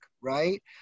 right